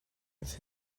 with